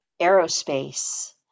aerospace